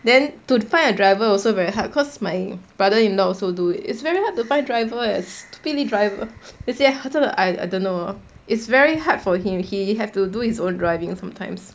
then to find a driver also very hard because my brother-in-law also do it it's very hard to find driver stupidly driver 真的 I don't know it's very hard for him he have to do his own driving some times